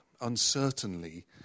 uncertainly